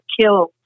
killed